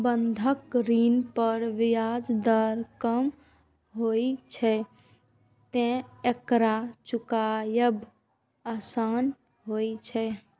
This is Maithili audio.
बंधक ऋण पर ब्याज दर कम होइ छैं, तें एकरा चुकायब आसान होइ छै